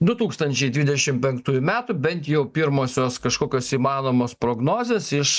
du tūkstančiai dvidešimt penktųjų metų bent jau pirmosios kažkokios įmanomos prognozės iš